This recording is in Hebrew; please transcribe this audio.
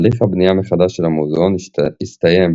תהליך הבנייה מחדש של המוזיאון הסתיים